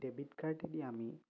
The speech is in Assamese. ডেবিট কাৰ্ডেদি আমি